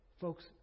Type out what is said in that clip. Folks